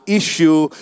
issue